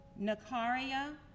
Nakaria